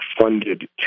funded